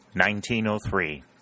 1903